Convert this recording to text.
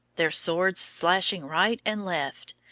their swords slashing right and left,